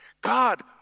God